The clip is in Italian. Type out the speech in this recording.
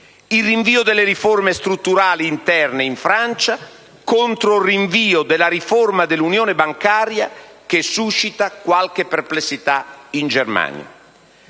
il rinvio delle riforme strutturali interne in Francia contro il rinvio della riforma dell'unione bancaria, che suscita qualche perplessità in Germania.